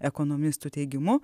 ekonomistų teigimu